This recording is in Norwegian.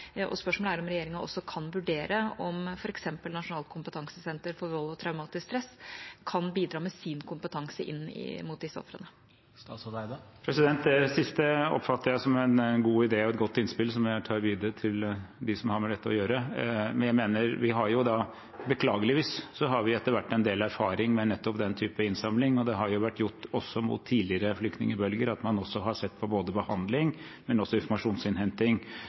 Spørsmålet er om regjeringa også kan vurdere om f.eks. Nasjonalt kunnskapssenter om vold og traumatisk stress kan bidra med sin kompetanse inn mot disse ofrene. Det siste oppfatter jeg som en god idé og et godt innspill som jeg tar videre til de som har med dette å gjøre. Jeg mener at vi beklageligvis etter hvert har en del erfaring med nettopp den type innsamling. I forbindelse med tidligere flykningbølger har man også sett på både behandling og informasjonsinnhenting. Jeg vil bare understreke nok en gang at det er utrolig viktig. Så har jeg lyst til å si at jeg også